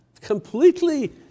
completely